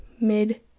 mid